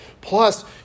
Plus